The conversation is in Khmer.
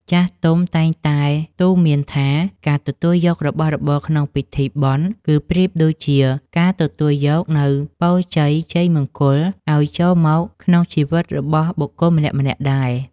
ចាស់ទុំតែងតែទូន្មានថា ការទទួលយករបស់របរក្នុងពិធីបុណ្យ គឺប្រៀបដូចជាការទទួលយកនូវពរជ័យជ័យមង្គលឱ្យចូលមកក្នុងជីវិតរបស់បុគ្គលម្នាក់ៗដែរ។